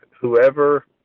whoever